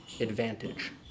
advantage